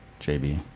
JB